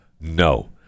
No